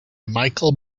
michael